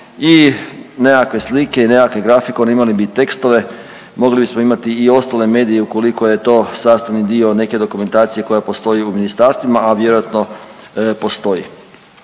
i nekakve slike i nekakve grafikone, imali bi tekstove. Mogli bismo imati i ostale medije ukoliko je to sastavni dio neke dokumentacije koja postoji u ministarstvima, a vjerojatno postoji.